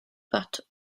butt